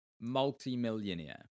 multi-millionaire